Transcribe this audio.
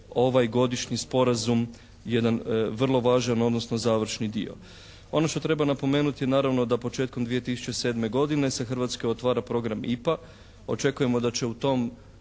godišnji sporazum jedan vrlo važan odnosno završni dio. Ono što treba napomenuti je naravno da početkom 2007. godine se Hrvatskoj otvara program IPA. Očekujemo da će u tom